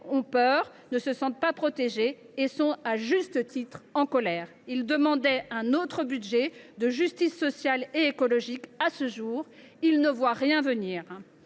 ont peur, ne se sentent pas protégés et sont à juste titre en colère. Ils demandaient un autre budget, un budget de justice sociale et écologique. À ce jour, ils ne voient rien venir.